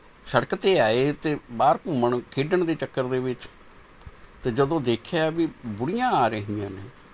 ਸੜਕ 'ਤੇ ਆਏ ਅਤੇ ਬਾਹਰ ਘੁੰਮਣ ਖੇਡਣ ਦੇ ਚੱਕਰ ਦੇ ਵਿੱਚ ਅਤੇ ਜਦੋਂ ਦੇਖਿਆ ਵੀ ਬੁੜੀਆਂ ਆ ਰਹੀਆਂ ਨੇ